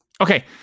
Okay